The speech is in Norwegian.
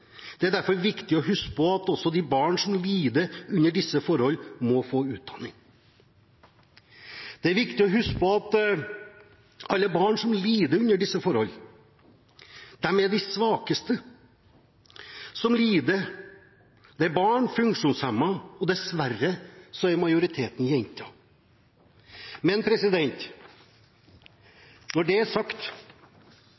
Det er derfor viktig å huske på at også de barn som lider under disse forhold, må få utdanning. Det er viktig å huske på at alle barn som lider under disse forhold, er de svakeste, som lider. Det er barn, og det er funksjonshemmede – og dessverre er majoriteten jenter. Når det er sagt,